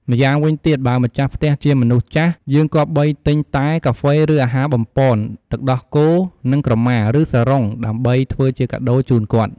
ម្យ៉ាងវិញទៀតបើម្ចាស់ផ្ទះជាមនុស្សចាស់យើងគប្បីទិញ តែ កាហ្វេ ឬអាហារបំប៉ន ទឹកដោះគោរនិងក្រម៉ា ឬសារ៉ុងដើម្បីធ្វើជាកាដូរជូនគាត់។